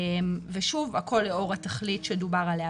ושוב, לאור התכלית שדובר עליה